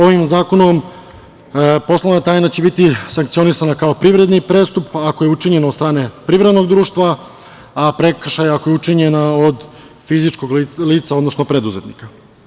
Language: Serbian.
Ovim zakonom poslovna tajna će biti sankcionisana kao privredni prestup, ako je učinjeno od strane privrednog društva, a prekršaj ako je učinjen od fizičkog lica, odnosno preduzetnika.